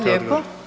lijepo.